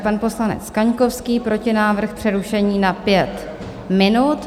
Pan poslanec Kaňkovský, protinávrh přerušení na 5 minut.